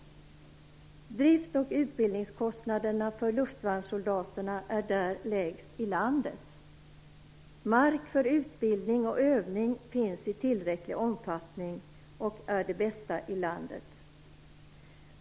Drifts och utbildningskostnaderna för luftvärnssoldaterna är där lägst i landet. Mark för utbildning och övning finns i tillräcklig omfattning och är den bästa i landet.